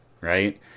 right